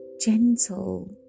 gentle